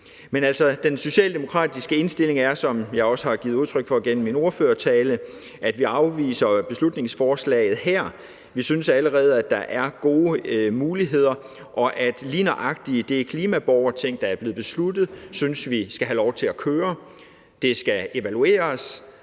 den socialdemokratiske indstilling er, hvad jeg også har givet udtryk for i min ordførertale, at vi afviser beslutningsforslaget her. Vi synes allerede, at der er gode muligheder, og at lige nøjagtig det klimaborgerting, der er blevet besluttet, skal have lov til at køre. Det skal evalueres,